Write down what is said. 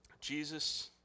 Jesus